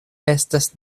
estas